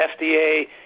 FDA